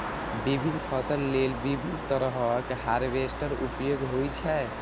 विभिन्न फसल लेल विभिन्न तरहक हार्वेस्टर उपयोग होइ छै